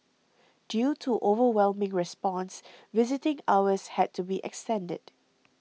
due to overwhelming response visiting hours had to be extended